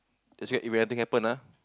I swear if anything happen ah